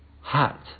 Hat